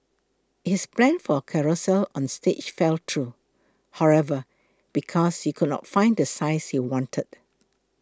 his plan for a carousel on stage fell through however because he could not find the size he wanted